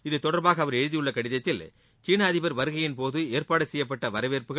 இதுதொடர்பாக அவர் எழுதியுள்ள கடிதத்தில் சீன அதிபர் வருகையின் போது ஏற்பாடு செய்யப்பட்ட வரவேற்புகள்